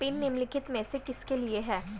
Pin निम्नलिखित में से किसके लिए है?